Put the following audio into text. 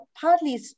partly